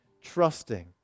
trusting